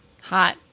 Hot